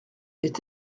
est